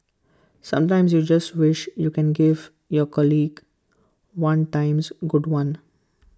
sometimes you just wish you can give your colleague one times good one